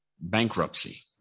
bankruptcy